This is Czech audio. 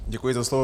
Děkuji za slovo.